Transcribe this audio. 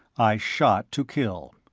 i shot to kill.